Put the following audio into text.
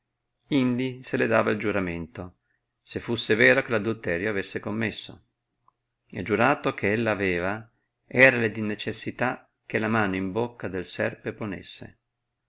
indi se le dava il giuramento se fusse vero che adulterio avesse commesso e giurato che ella aveva erale di necessità che la mano in bocca del serpe ponesse